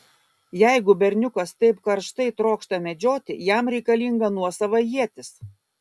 jeigu berniukas taip karštai trokšta medžioti jam reikalinga nuosava ietis